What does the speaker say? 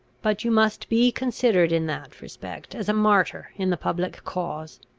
but you must be considered in that respect as a martyr in the public cause.